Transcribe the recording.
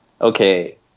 Okay